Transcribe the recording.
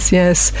yes